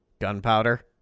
Gunpowder